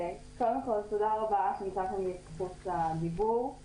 קודם כול, תודה רבה על רשות הדיבור שניתנה לי.